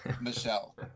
Michelle